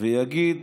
ויגיד